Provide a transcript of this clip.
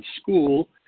school